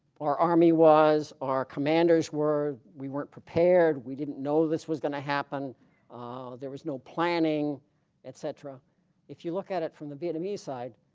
our army was our commanders were we weren't prepared we didn't know this was going to happen there was no planning etc if you look at it from the vietnamese side